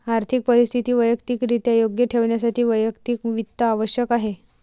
आर्थिक परिस्थिती वैयक्तिकरित्या योग्य ठेवण्यासाठी वैयक्तिक वित्त आवश्यक आहे